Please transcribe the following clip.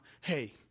hey